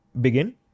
begin